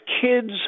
kids